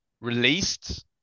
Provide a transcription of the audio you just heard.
released